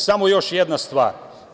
Samo još jedna stvar.